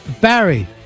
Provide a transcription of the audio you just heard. Barry